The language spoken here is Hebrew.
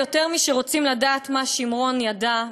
יותר משרוצים לדעת מה שמרון ידע,